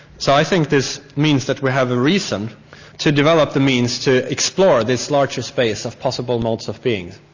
so i think this means that we have a reason to develop the means to explore this larger space of possible modes of beings.